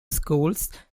schools